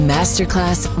Masterclass